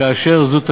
כאשר זו תקום.